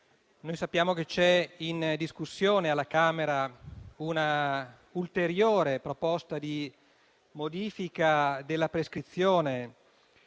Sappiamo che è in discussione alla Camera una ulteriore proposta di modifica della prescrizione,